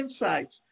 insights